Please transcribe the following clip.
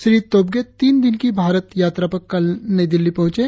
श्री तोब्गे तीन दिन की भारत यात्रा पर कल नई दिल्ली पहुचे